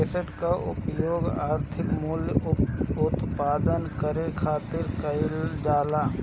asset कअ उपयोग आर्थिक मूल्य उत्पन्न करे खातिर कईल जाला